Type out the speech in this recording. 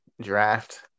draft